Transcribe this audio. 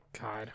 God